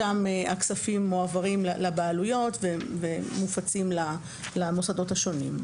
שם הכספים מועברים לבעלויות ומופצים למוסדות השונים.